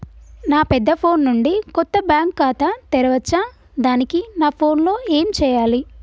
నా పెద్ద ఫోన్ నుండి కొత్త బ్యాంక్ ఖాతా తెరవచ్చా? దానికి నా ఫోన్ లో ఏం చేయాలి?